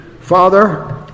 Father